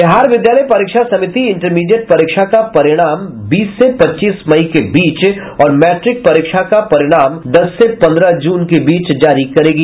Bihar Vidyalaya Pariksha Samiti intermediate परीक्षा का परिणाम बीस से पच्चीस मई के बीच और मैट्रिक परीक्षा का परिणाम दस से पन्द्रह जून के बीच जारी करेगी